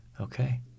Okay